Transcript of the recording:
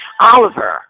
Oliver